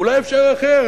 אולי אפשר אחרת?